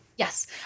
Yes